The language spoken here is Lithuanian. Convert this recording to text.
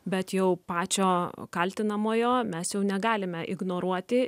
bet jau pačio kaltinamojo mes jau negalime ignoruoti